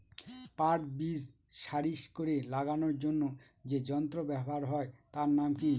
পাট বীজ সারি করে লাগানোর জন্য যে যন্ত্র ব্যবহার হয় তার নাম কি?